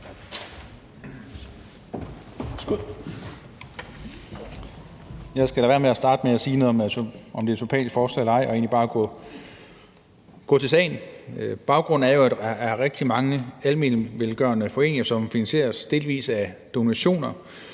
Jeg skal lade være med at starte med at sige noget om, om det er et sympatisk forslag eller ej, og egentlig bare gå til sagen. Baggrunden er jo, at der er rigtig mange almenvelgørende foreninger, som finansieres delvis af donationer,